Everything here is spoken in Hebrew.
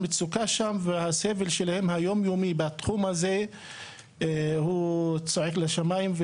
המצוקה שם והסבל שלהם היום-יומי בתחום הזה הוא צועק לשמיים.